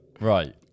right